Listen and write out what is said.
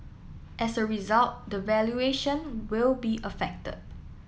as a result the valuation will be affected